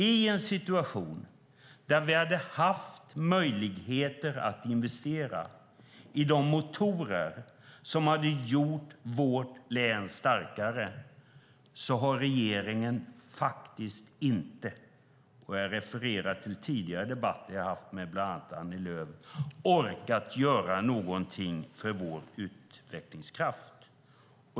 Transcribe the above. I en situation där vi hade haft möjligheter att investera i de motorer som hade gjort vårt län starkare har regeringen faktiskt inte, och jag refererar till tidigare debatter som jag har haft med bland annat Annie Lööf, orkat göra någonting för vår utvecklingskraft.